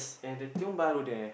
and the Tiong-Bahru there